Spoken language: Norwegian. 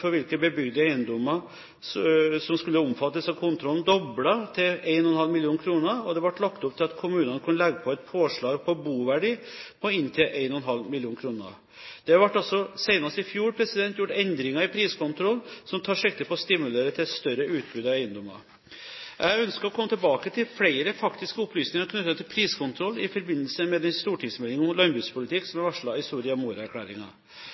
for hvilke bebygde eiendommer som skulle omfattes av kontrollen, doblet til 1,5 mill. kr, og det ble lagt opp til at kommunene kunne legge på et påslag på boverdi på inntil 1,5 mill. kr. Det ble altså senest i fjor gjort endringer i priskontrollen som tar sikte på å stimulere til et større utbud av eiendommer. Jeg ønsker å komme tilbake til flere faktiske opplysninger knyttet til priskontroll i forbindelse med den stortingsmeldingen om landbrukspolitikk som er varslet i Soria